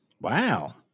Wow